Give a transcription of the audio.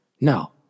no